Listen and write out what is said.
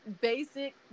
basic